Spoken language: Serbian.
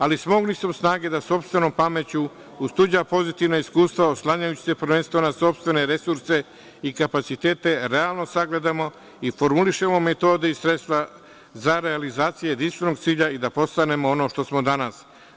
Ali, smogli su snage da sopstvenom pameću, uz tuđa pozitivna iskustva, oslanjajući se prvenstveno na sopstvene resurse i kapacitete, realno sagledamo i formulišemo metode i sredstva za realizaciju jedinstvenog cilja i da postanemo ono što smo danas.